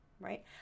right